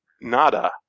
Nada